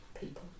people